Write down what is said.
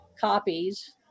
copies